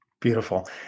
Beautiful